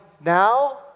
now